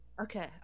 Okay